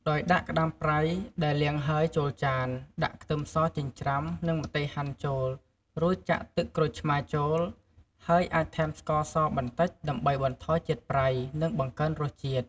ដោយដាក់ក្តាមប្រៃដែលលាងហើយចូលចាន ដាក់ខ្ទឹមសចិញ្ច្រាំ និងម្ទេសហាន់ចូល រួចចាក់ទឹកក្រូចឆ្មារចូល ហើយអាចថែមស្ករសបន្តិចដើម្បីបន្ថយជាតិប្រៃ និងបង្កើនរសជាតិ។